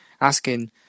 asking